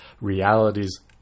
realities